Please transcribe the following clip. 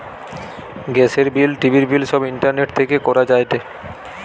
গ্যাসের বিল, টিভির বিল সব ইন্টারনেট থেকে করা যায়টে